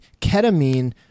ketamine